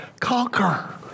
Conquer